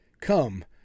come